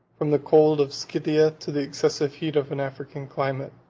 from the cold of scythia to the excessive heat of an african climate.